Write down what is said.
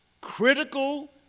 critical